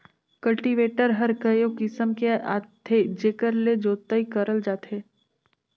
cultivator हर कयो किसम के आथे जेकर ले जोतई करल जाथे